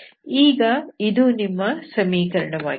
ಈಗ ಇದು ನಿಮ್ಮ ಸಮೀಕರಣವಾಗಿದೆ